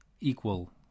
equal